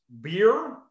beer